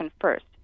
first